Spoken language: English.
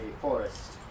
forest